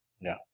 No